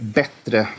bättre